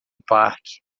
parque